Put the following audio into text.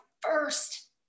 first